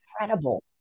incredible